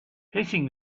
hitting